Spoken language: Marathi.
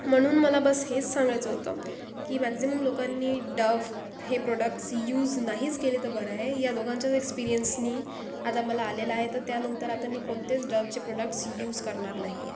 म्हणून मला बस हेच सांगायचं होतं की मॅक्सिमम लोकांनी डव हे प्रोडक्ट्स यूज नाहीच केले तर बरं आहे ह्या दोघांचा जो एक्सपिरियन्स मी आता मला आलेला आहे तर त्यानंतर आता मी कोणतेच डवचे प्रोडक्ट्स यूज करणार नाही आहे